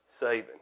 Saving